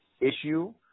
issue